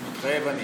מתחייב אני